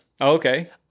Okay